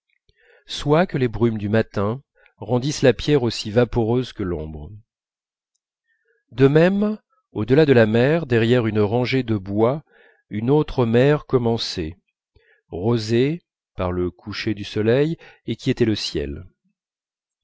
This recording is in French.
soit que les brumes du matin rendissent la pierre aussi vaporeuse que l'ombre de même au delà de la mer derrière une rangée de bois une autre mer commençait rosée par le coucher du soleil et qui était le ciel